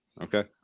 Okay